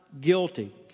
guilty